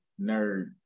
nerd